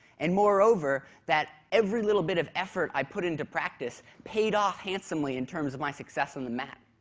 and moreover, that every little bit of effort i put into practice paid off handsomely in terms of my success in the mat.